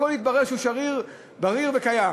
הכול יתברר שהוא שריר, בריר וקיים.